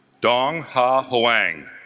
dong-ha hoang